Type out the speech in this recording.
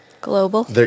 Global